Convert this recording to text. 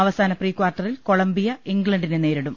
അവസാന പ്രീകാർട്ടറിൽ കൊളംബിയ ഇംഗ്ലണ്ടിനെ നേരിടും